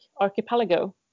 Archipelago